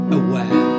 aware